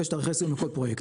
יש תאריכי סיום לכל פרויקט,